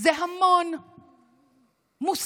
זה המון מוסת,